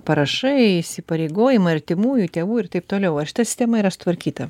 parašai įsipareigojimai artimųjų tėvų ir taip toliau ar šita sistema yra sutvarkyta